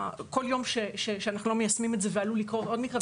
בכל יום שאנחנו לא מיישמים את זה עלול לקרות עוד מקרה,